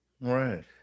right